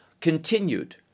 continued